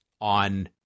on